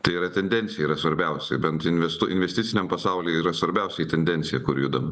tai yra tendencija yra svarbiausia bent investuoti investiciniam pasauly yra svarbiausia tendencija kur judam